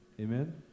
Amen